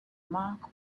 mark